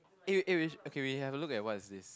eh eh we okay we have a look at what is this